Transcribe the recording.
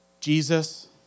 Jesus